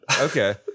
Okay